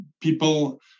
people